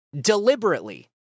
deliberately